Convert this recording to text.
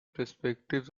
perspectives